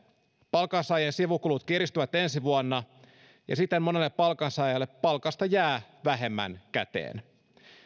palkansaajien sivukulut kiristyvät ensi vuonna ja siten monelle palkansaajalle palkasta jää vähemmän käteen